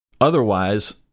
Otherwise